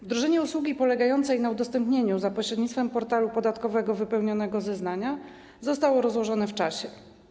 Wdrożenie usługi polegającej na udostępnieniu za pośrednictwem portalu podatkowego wypełnionego zeznania zostało rozłożone w czasie.